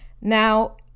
Now